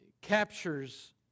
Captures